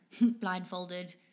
blindfolded